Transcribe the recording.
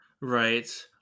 right